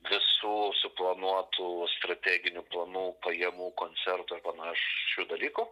visų suplanuotų strateginių planų pajamų koncertų ar panašių dalykų